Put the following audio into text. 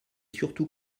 surtout